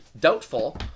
doubtful